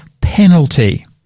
penalty